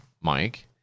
Mike